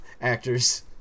actors